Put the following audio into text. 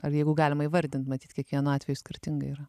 ar jeigu galima įvardint matyt kiekvienu atveju skirtingai yra